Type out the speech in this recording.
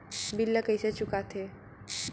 bill ला कइसे चुका थे